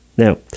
Now